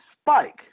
spike